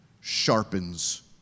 sharpens